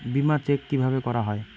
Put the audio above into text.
বিমা চেক কিভাবে করা হয়?